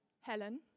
Helen